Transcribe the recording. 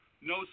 No